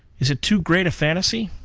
is it too great a fantasy?